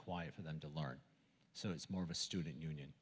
quiet for them to learn so it's more of a student union